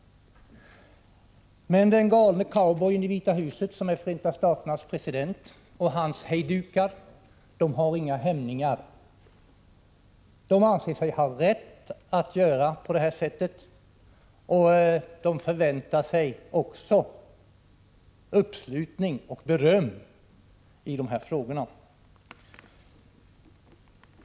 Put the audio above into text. Men den galne cowboy i Vita huset som är Förenta Staternas president och hans hejdukar har inga hämningar. De anser sig ha rätt att göra på det här sättet, och de förväntar sig också uppslutning och beröm i de här frågorna.